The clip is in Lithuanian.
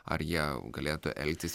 ar jie galėtų elgtis vienaip